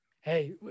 Hey